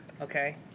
okay